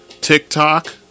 TikTok